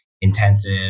intensive